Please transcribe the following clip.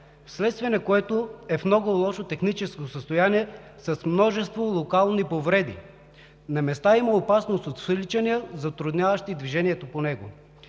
вследствие на което е в много лошо техническо състояние, с множество локални повреди. На места има опасност от свличания, затрудняващи движението по него.